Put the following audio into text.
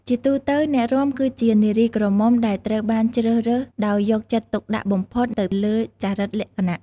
ជាទូទៅ អ្នករាំគឺជា នារីក្រមុំ ដែលត្រូវបានជ្រើសរើសដោយយកចិត្តទុកដាក់បំផុតទៅលើចរិតលក្ខណៈ។